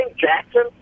Jackson